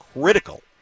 critical